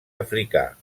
africà